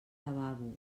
lavabo